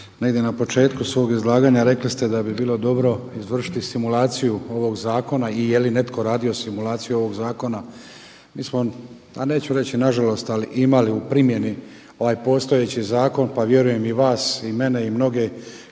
na početku svog izlaganja rekli ste da bi bilo dobro izvršiti simulaciju ovog zakona i jeli netko radio simulaciju ovog zakona. Mi smo neću reći nažalost, ali imali u primjeni ovaj postojeći zakon pa vjerujem i vas i mene i mnoge